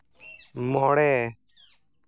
ᱢᱚᱬᱮ